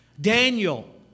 Daniel